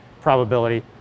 probability